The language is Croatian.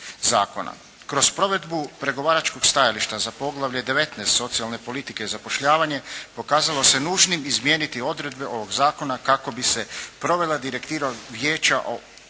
Kroz provedbu pregovaračkog stajališta za poglavlje 19. – Socijalne politike i zapošljavanje pokazalo se nužnim izmijeniti odredbe ovog zakona kako bi se provela Direktiva vijeća o